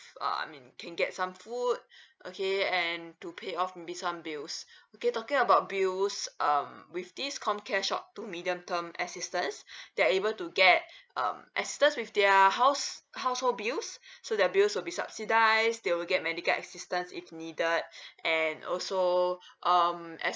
uh I mean can get some food okay and to pay off maybe some bills okay talking about bills um with this comcare short to medium term assistance they're able to get um assistance with their house household bills so that bill will be subsidised they will get medical assistance if needed and also um as